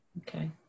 Okay